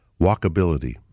walkability